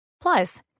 Plus